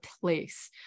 place